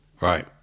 right